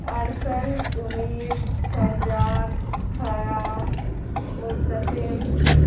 ارسل امید فرجاد حیاء مرتسم